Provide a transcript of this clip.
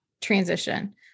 transition